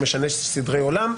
שמשנה סדרי עולם.